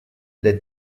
les